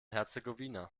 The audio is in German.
herzegowina